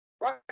Right